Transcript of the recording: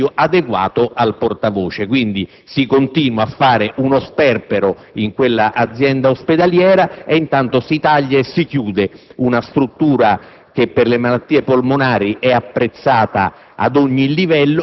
di portavoce, con lo stipendio adeguato. Dunque, si continua a fare sperpero in quell'azienda ospedaliera e intanto si taglia e si chiude una struttura